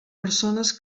persones